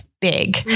big